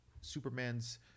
Superman's